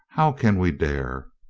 how can we dare?